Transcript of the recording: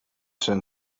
sun